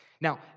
Now